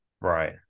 Right